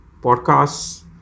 podcasts